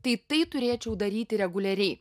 tai tai turėčiau daryti reguliariai